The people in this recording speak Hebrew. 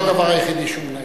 זה לא הדבר היחידי שהוא מנהל.